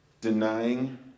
Denying